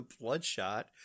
Bloodshot